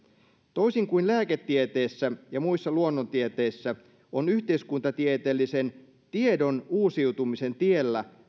toisin kuin lääketieteessä ja muissa luonnontieteissä on yhteiskuntatieteellisen tiedon uusiutumisen tiellä